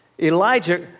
Elijah